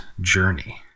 journey